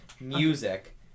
music